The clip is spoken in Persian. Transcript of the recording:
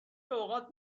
اوقات